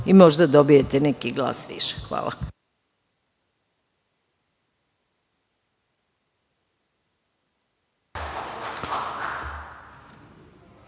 i možda dobijete neki glas više. Hvala.